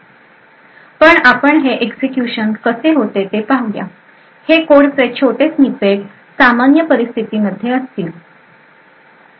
पण आपण हे एक्झिक्युशन कसे होते ते पाहूया हे कोडचे छोटे स्निपेट सामान्य परिस्थिती मध्ये असतील